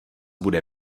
bude